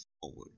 forward